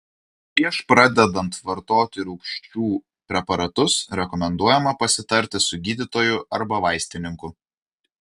prieš pradedant vartoti rūgčių preparatus rekomenduojama pasitarti su gydytoju arba vaistininku